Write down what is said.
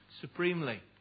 Supremely